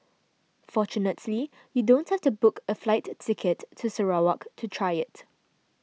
fortunately you don't have to book a flight ticket to Sarawak to try it